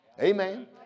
Amen